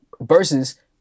versus